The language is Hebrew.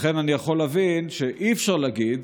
לכן אני יכול להבין שאי-אפשר להגיד